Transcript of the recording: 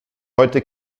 heute